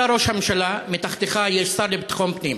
אתה ראש הממשלה, מתחתיך יש שר לביטחון פנים.